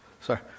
Sorry